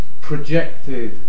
projected